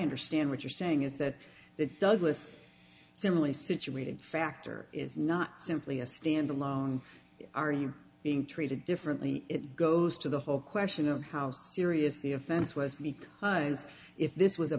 understand what you're saying is that it does list similarly situated factor is not simply a stand alone are you being treated differently it goes to the whole question of how serious the offense was meek eyes if this was a